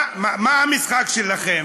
מה המשחק שלכם?